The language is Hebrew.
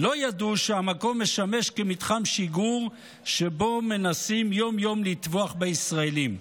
לא ידעו שהמקום משמש כמתחם שיגור שבו מנסים יום-יום לטבוח בישראלים.